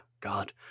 God